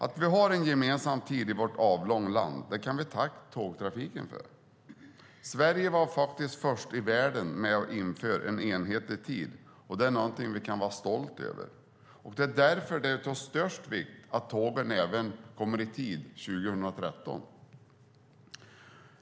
Att vi har en gemensam tid i vårt avlånga land kan vi tacka tågtrafiken för. Sverige var faktiskt först i världen med att införa en enhetlig tid, och det är någonting vi kan vara stolta över. Det är därför det är av största vikt att tågen även kommer i tid 2013.